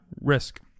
risk